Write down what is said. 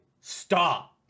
Stop